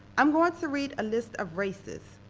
i'm going to read a list of races.